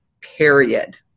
period